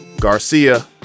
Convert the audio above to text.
Garcia